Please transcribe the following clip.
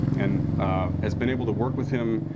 and has been able to work with him,